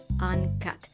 uncut